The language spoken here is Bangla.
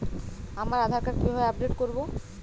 আমার আধার কার্ড কিভাবে আপডেট করব?